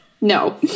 no